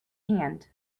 hand